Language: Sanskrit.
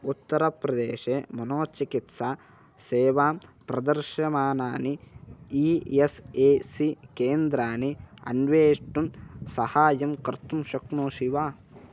उत्तरप्रदेशे मनोचिकित्सा सेवां प्रदर्श्यमानानि ई एस् ए सी केन्द्राणि अन्वेष्टुं सहायं कर्तुं शक्नोषि वा